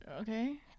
Okay